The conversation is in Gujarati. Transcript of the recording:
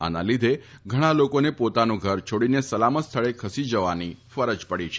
આના લીધે ઘણાં લોકોને પોતાનું ઘર છોડીને સલામત સ્થળે ખસી જવાની ફરજ પડી છે